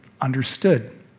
understood